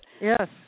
Yes